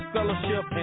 Fellowship